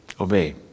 obey